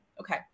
Okay